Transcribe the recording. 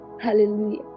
hallelujah